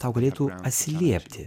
tau galėtų atsiliepti